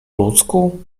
ludzku